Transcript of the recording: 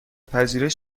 پذیرش